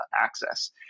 access